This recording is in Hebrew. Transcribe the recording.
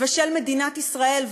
ושל מדינת ישראל,